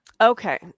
Okay